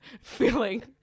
feeling